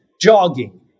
jogging